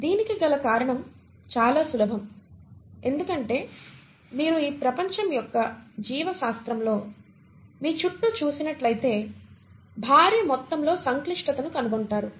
దీనికి గల కారణం చాలా సులభం ఎందుకంటే మీరు ఈ ప్రపంచం యొక్క జీవశాస్త్రంలో మీ చుట్టూ చూసినట్లయితే భారీ మొత్తంలో సంక్లిష్టతను కనుగొంటారు